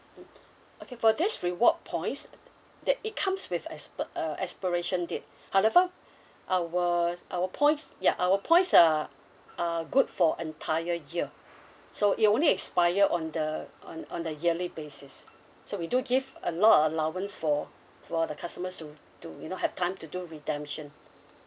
mm okay for these reward points that it comes with expi~ uh expiration date however our our points ya our points are are good for entire year so it only expire on the on on the yearly basis so we do give a lot of allowance for for the customers to to you know have time to do redemption